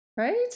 right